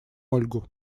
ольгу